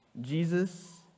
Jesus